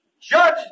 judge